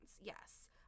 yes